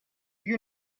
you